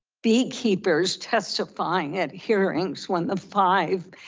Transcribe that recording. beekeepers testifying at hearings when the five,